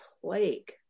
plague